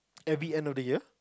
every end of the year